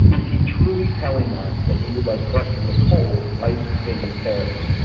is he truly telling us that he would like for us to withhold life sustaining therapy?